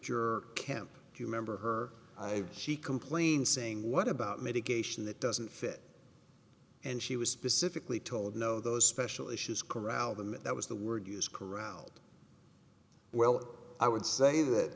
your camp do you remember her i have she complained saying what about mitigation that doesn't fit and she was specifically told no those special issues corral them and that was the word used corralled well i would say that